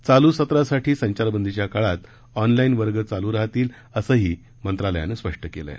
चालू सत्रासाठी संचारबंदीच्या काळात ऑनलाईन वर्ग चालू राहतील असंही मंत्रालयानं स्पष्ट केलं आहे